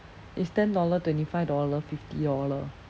it's ten dollar twenty five dollar fifty dollar